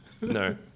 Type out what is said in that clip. No